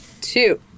two